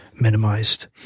minimized